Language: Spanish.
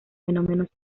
fenómenos